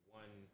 one